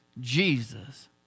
Jesus